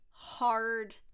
hard